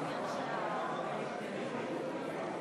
חברי הכנסת,